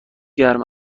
گرم